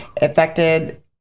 Affected